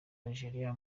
algeria